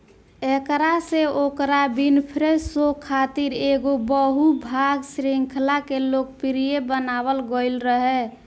एकरा से Oprah Winfrey show खातिर एगो बहु भाग श्रृंखला के लोकप्रिय बनावल गईल रहे